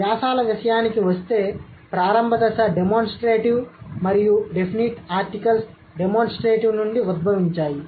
articles విషయానికి వస్తే ప్రారంభ దశ డెమోన్స్ట్రేటివ్ మరియు డెఫినిట్ ఆర్టికల్స్ డెమోన్స్ట్రేటివ్ నుండి ఉద్భవించాయి